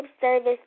service